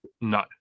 No